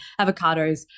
avocados